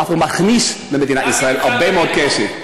זה דווקא מכניס למדינת ישראל הרבה מאוד כסף.